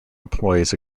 employees